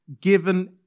given